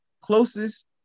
closest